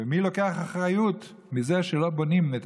ומי לוקח אחריות לזה שלא בונים את